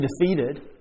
defeated